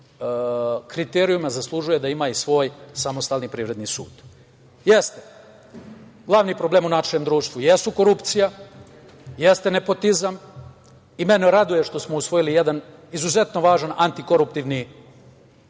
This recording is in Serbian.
kriterijumima zaslužuje da ima i svoj samostalni privredni sud. Glavni problem u našem društvu jeste korupcija, jeste nepotizam i mene raduje što smo usvojili jedan izuzetno važan antikoruptivni